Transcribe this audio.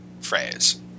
phrase